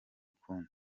ukundi